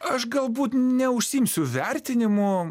aš galbūt neužsiimsiu vertinimu